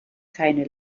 keine